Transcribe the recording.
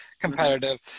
competitive